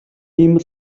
ийм